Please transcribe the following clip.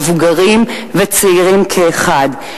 מבוגרים וצעירים כאחד.